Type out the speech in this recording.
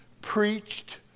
preached